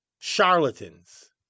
charlatans